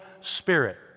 Spirit